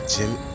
Jimmy